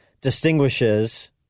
distinguishes